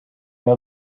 know